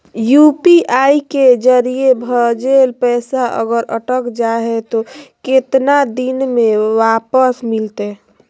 UPI के जरिए भजेल पैसा अगर अटक जा है तो कितना दिन में वापस मिलते?